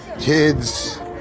kids